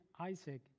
Isaac